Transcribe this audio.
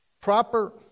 Proper